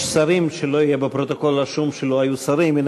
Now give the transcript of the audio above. יש שרים, שלא יהיה רשום בפרוטוקול שלא היו שרים.